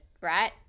right